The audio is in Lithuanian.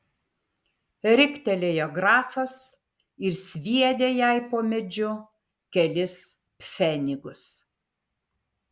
riktelėjo grafas ir sviedė jai po medžiu kelis pfenigus